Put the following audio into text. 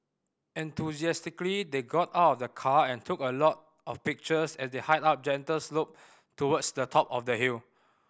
enthusiastically they got out of the car and took a lot of pictures as they hiked up a gentle slope towards the top of the hill